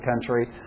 country